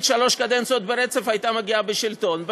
שלוש קדנציות ברצף הייתה מגיעה לשלטון.